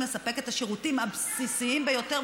לספק את השירותים הבסיסיים ביותר,